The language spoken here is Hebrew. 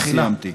הינה סיימתי.